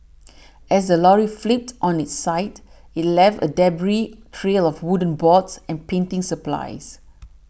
as the lorry flipped on its side it left a debris trail of wooden boards and painting supplies